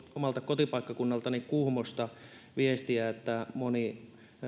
omalta kotipaikkakunnaltani kuhmosta että moni